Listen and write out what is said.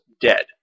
dead